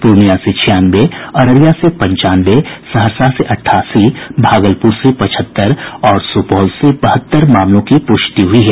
पूर्णिया में छियानवे अररिया में पंचानवे सहरसा में अठासी भागलपुर में पचहत्तर और सुपौल से बहत्तर मामलों की पुष्टि हुई है